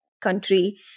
country